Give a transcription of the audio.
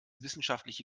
wissenschaftliche